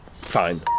Fine